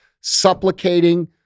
supplicating